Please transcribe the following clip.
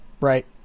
right